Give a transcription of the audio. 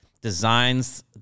Designs